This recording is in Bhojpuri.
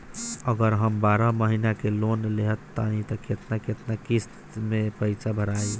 अगर हम बारह महिना के लोन लेहेम त केतना केतना किस्त मे पैसा भराई?